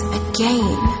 again